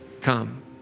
Come